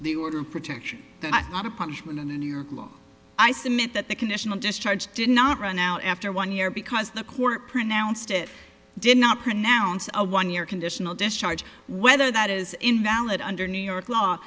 the order of protection that i thought a punishment and in your law i submit that the conditional discharge did not run out after one year because the court pronounced it did not pronounce a one year conditional discharge whether that is invalid under new york law